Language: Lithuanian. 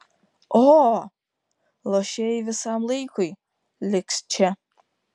o luošieji visam laikui liks čia